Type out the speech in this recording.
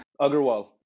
Agarwal